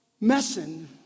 messing